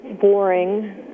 boring